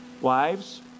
wives